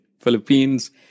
Philippines